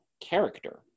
character